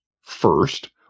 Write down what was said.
First